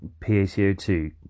PaCO2